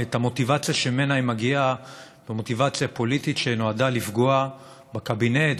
את המוטיבציה שממנה היא מגיעה כמוטיבציה פוליטית שנועדה לפגוע בקבינט,